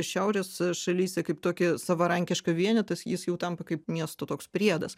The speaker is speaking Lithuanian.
šiaurės šalyse kaip tokį savarankišką vienetą jis jis jau tampa kaip miestų toks priedas